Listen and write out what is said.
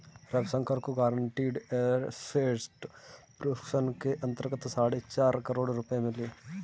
रविशंकर को guaranteed asset protection के अंतर्गत साढ़े चार करोड़ रुपये मिले